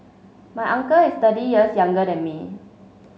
my uncle is thirty years younger than me